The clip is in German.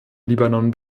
libanon